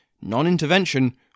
non-intervention